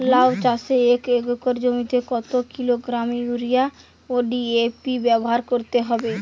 লাউ চাষে এক একর জমিতে কত কিলোগ্রাম ইউরিয়া ও ডি.এ.পি ব্যবহার করতে হবে?